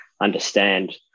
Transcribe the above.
understand